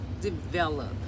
develop